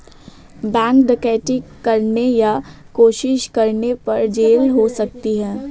bank डकैती करने या कोशिश करने पर जेल हो सकती है